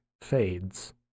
fades